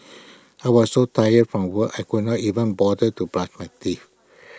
I was so tired from work I could not even bother to brush my teeth